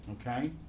okay